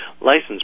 license